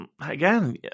again